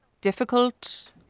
difficult